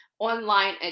online